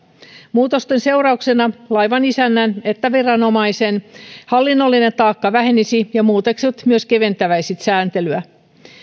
muutosten seurauksena sekä laivanisännän että viranomaisen hallinnollinen taakka vähenisi ja muutokset myös keventäisivät sääntelyä